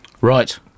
Right